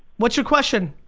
what's your question?